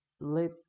let